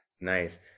nice